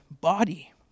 body